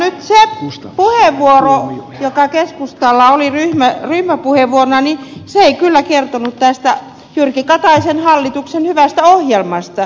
nimittäin kuulkaa nyt se puheenvuoro joka keskustalla oli ryhmäpuheenvuorona ei kyllä kertonut tästä jyrki kataisen hallituksen hyvästä ohjelmasta